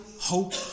hope